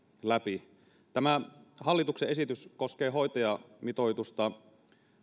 läpi tämä hallituksen esitys koskee hoitajamitoitusta